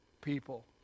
people